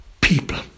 people